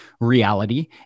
reality